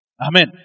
Amen